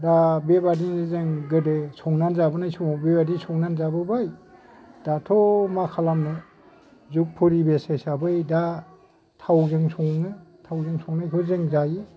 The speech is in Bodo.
दा बेबादिनो जों गोदो संनानै जाबोनाय समाव बेबादि संनानै जाबोबाय दाथ' मा खालामनो जुग परिबेस हिसाबै दा थावजों सङो थावजों संनायखौ जों जायो